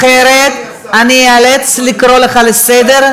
אחרת אני איאלץ לקרוא אותך לסדר.